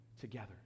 together